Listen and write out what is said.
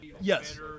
Yes